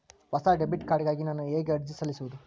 ಹೊಸ debit card ಗಾಗಿ ನಾನು ಹೇಗೆ ಅರ್ಜಿ ಸಲ್ಲಿಸುವುದು?